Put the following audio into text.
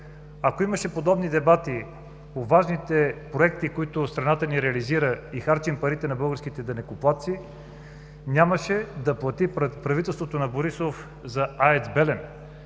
ако имаше подобни дебати по важните проекти, които страната ни реализира и харчим парите на българските данъкоплатци, нямаше правителството на Борисов да плати